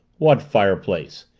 what fireplace?